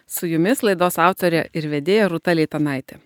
su jumis laidos autorė ir vedėja rūta leitanaitė